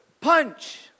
punch